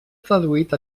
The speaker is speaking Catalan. traduït